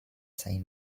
say